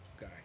guy